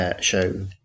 show